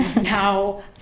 now